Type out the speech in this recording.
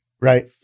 Right